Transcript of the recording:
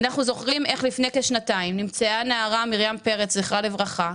אנחנו זוכרים איך לפני כשנתיים נמצאה הנערה מרים פרץ זכרה לברכה,